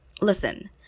Listen